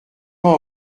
pas